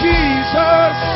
Jesus